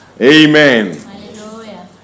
Amen